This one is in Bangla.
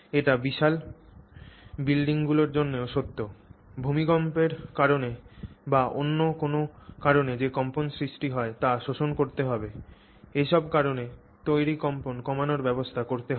এটি বিশাল বিল্ডিংগুলি জন্যও সত্য ভূমিকম্পের কারণে বা অন্য কোন কারণে যে কম্পন সৃষ্টি হয় তা শোষণ করতে হবে এসব কারণে তৈরি কম্পন কমানোর ব্যবস্থা করতে হবে